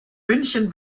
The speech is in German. münchen